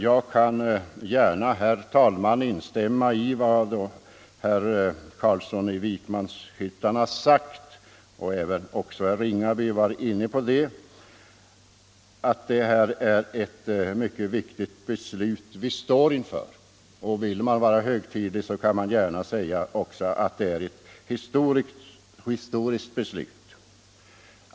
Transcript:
Jag kan gärna instämma i vad herr Carlsson i Vikmanshyttan har sagt — också herr Ringaby var inne på det — nämligen att det är ett mycket viktigt beslut vi står inför. Vill man vara högtidlig kan man säga att det är ett historiskt beslut.